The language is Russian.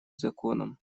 законом